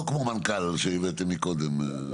לא כמו מנכ"ל שהבאתם מקודם.